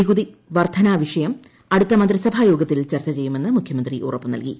നികുതി വർധനാ വിഷയം അടുത്ത മന്ത്രിസഭാ യോഗത്തിൽ ചർച്ച ചെയ്യുമെന്ന് മുഖൃമന്ത്രി ്ഉറപ്പു നൽകി